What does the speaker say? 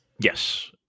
Yes